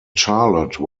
charlotte